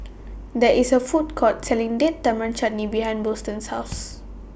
There IS A Food Court Selling Date Tamarind Chutney behind Boston's House